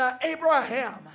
Abraham